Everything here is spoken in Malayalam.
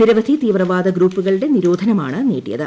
നിരവധി തീവ്രവാദ ഗ്രൂപ്പുകളുടെ നിരോധനമാണ് നീട്ടിയത്